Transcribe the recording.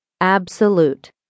Absolute